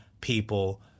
people